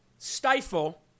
stifle